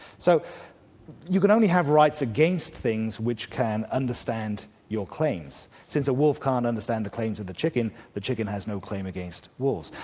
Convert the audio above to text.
so you can only have rights against things which can understand your claims. since a wolf can't understand the claims of the chicken, the chicken has no claim against wolves.